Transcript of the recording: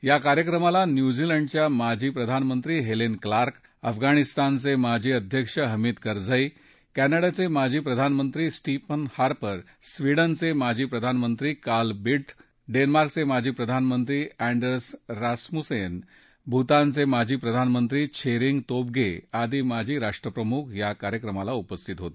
या कार्यक्रमाला न्यूझीलंडच्या माजी प्रधानमंत्री हेलेन क्लार्क अफगाणिस्तानचे माजी अध्यक्ष हमिद करझाई क्लिडाचे माजी प्रधानमंत्री स्टीफन हार्पर स्वीडनचे माजी प्रधानमंत्री कार्ल बीड्थ डेन्मार्कचे माजी प्रधानमंत्री अँडर्स रास मुसेन भूतानचे माजी प्रधानमंत्री त्शेरींग तोबगे आदी माजी राष्ट्रप्रमुख या कार्यक्रमाला उपस्थित होते